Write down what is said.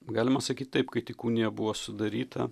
galima sakyt taip kai tik unija buvo sudaryta